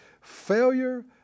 Failure